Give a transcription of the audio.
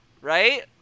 right